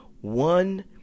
One